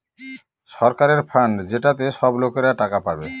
সরকারের ফান্ড যেটাতে সব লোকরা টাকা পাবে